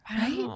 Right